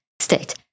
state